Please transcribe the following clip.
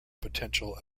potential